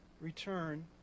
return